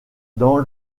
dans